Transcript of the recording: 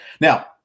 Now